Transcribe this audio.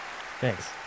Thanks